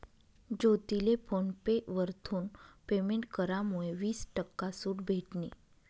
ज्योतीले PhonePe वरथून payment करामुये वीस टक्का सूट भेटनी